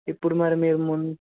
ఇప్పుడు మరి మేము